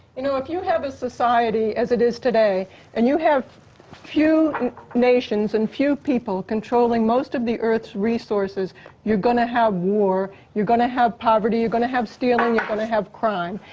you know, if you had a society as it is today and you have few nations and few people controlling most of the earth's resources you're gonna have war, you're gonna have poverty, you're gonna have stealing, you're gonna have crime.